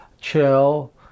chill